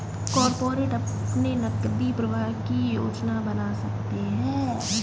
corporate अपने नकदी प्रवाह की योजना बना सकते हैं